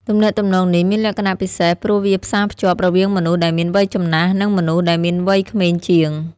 ទំនាក់ទំនងនេះ មានលក្ខណៈពិសេសព្រោះវាផ្សារភ្ជាប់រវាងមនុស្សដែលមានវ័យចំណាស់ និងមនុស្សដែលមានវ័យក្មេងជាង។